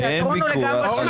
התיאטרון הוא לגמרי שלך.